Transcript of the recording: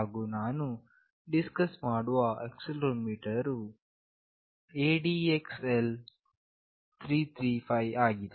ಹಾಗು ನಾನು ಡಿಸ್ಕಸ್ ಮಾಡುವ ಆಕ್ಸೆಲೆರೋಮೀಟರ್ ವು ADXL335 ಆಗಿದೆ